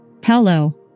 Paolo